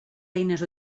eines